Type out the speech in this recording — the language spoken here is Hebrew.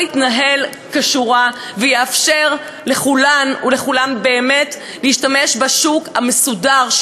יתנהל כשורה ויאפשר לכולן ולכולם באמת להשתמש בשוק המסודר,